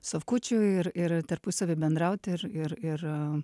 sofkučių ir ir tarpusavy bendrauti ir ir ir a